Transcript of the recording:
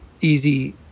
easy